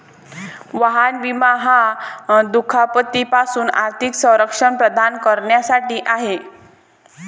वाहन विमा हा दुखापती पासून आर्थिक संरक्षण प्रदान करण्यासाठी आहे